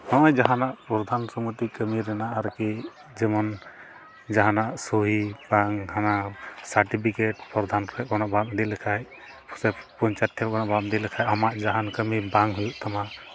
ᱦᱚᱸᱜᱼᱚᱭ ᱡᱟᱦᱟᱱᱟᱜ ᱯᱨᱚᱫᱷᱟᱱ ᱥᱚᱢᱤᱛᱤ ᱠᱟᱹᱢᱤ ᱨᱮᱭᱟᱜ ᱟᱨᱠᱤ ᱡᱮᱢᱚᱱ ᱡᱟᱦᱟᱱᱟᱜ ᱥᱳᱭ ᱵᱟᱝ ᱦᱟᱱᱟ ᱥᱟᱨᱴᱤᱯᱷᱤᱠᱮᱴ ᱯᱨᱚᱫᱷᱟᱱ ᱴᱷᱮᱱ ᱠᱷᱚᱱᱟᱜ ᱵᱟᱢ ᱤᱫᱤ ᱞᱮᱠᱷᱟᱱ ᱥᱮ ᱯᱚᱧᱪᱟᱭᱮᱛ ᱴᱷᱮᱱ ᱠᱷᱚᱱᱟᱜ ᱵᱟᱢ ᱤᱫᱤ ᱞᱮᱠᱷᱟᱱ ᱟᱢᱟᱜ ᱡᱟᱦᱟᱱ ᱠᱟᱹᱢᱤ ᱵᱟᱝ ᱦᱩᱭᱩᱜ ᱛᱟᱢᱟ